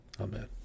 Amen